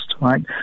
right